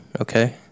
okay